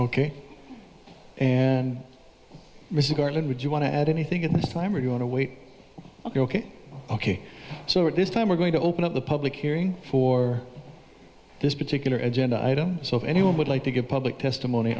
garland would you want to add anything at this time or you want to wait ok ok ok so at this time we're going to open up the public hearing for this particular agenda item so if anyone would like to give public testimony